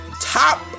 top